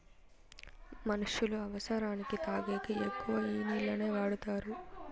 మనుష్యులు అవసరానికి తాగేకి ఎక్కువ ఈ నీళ్లనే వాడుతారు